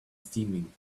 steaming